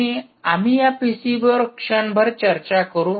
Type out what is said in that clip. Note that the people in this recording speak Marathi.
आणि आम्ही या पीसीबीवर क्षणभर चर्चा करू